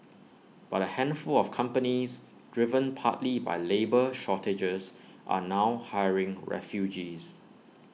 but A handful of companies driven partly by labour shortages are now hiring refugees